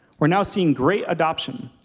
we're now seeing great adoption,